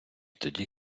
тоді